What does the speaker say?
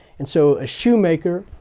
and so a shoemaker,